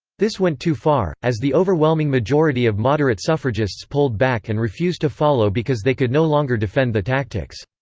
this went too far, as the overwhelming majority of moderate suffragists pulled back and refused to follow because they could no longer defend the tactics.